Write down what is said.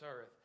earth